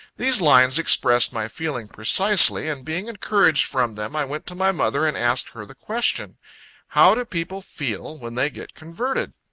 these lines expressed my feelings precisely, and being encouraged from them, i went to my mother, and asked her the question how do people feel, when they get converted?